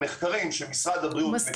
המחקרים שמשרד הבריאות מציג --- אני